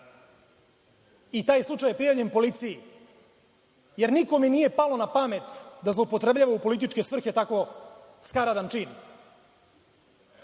I taj slučaj je prijavljen policiji. Jer, nikome nije palo na pamet da zloupotrebljava u političke svrhe tako skaradan čin. Zbog